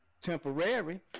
temporary